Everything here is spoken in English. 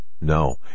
no